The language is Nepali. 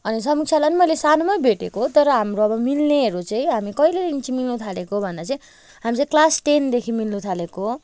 अनि समीक्षालाई पनि मैले सानोमै भेटेको तर हाम्रो अब मिल्नेहरू चाहिँ हामी कहिलेदेखि चाहिँ मिल्नथालेको भन्दा चाहिँ हामी चाहिँ क्लास टेनदेखि मिल्नथालेको